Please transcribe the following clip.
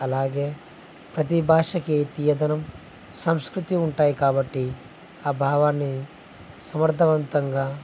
అలాగే ప్రతీ భాషకి తీయదనం సంస్కృతి ఉంటాయి కాబట్టి ఆ భావాన్ని సమర్థవంతంగా